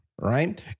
right